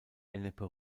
ennepe